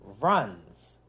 runs